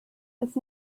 ist